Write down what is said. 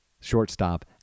shortstop